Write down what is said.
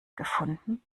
gefunden